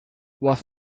was